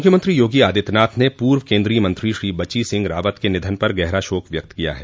मुख्यमंत्री योगी आदित्यनाथ ने पूर्व केन्द्रीय मंत्री श्री बची सिंह रावत के निधन पर गहरा शोक व्यक्त किया है